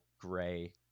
gray